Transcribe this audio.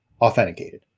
authenticated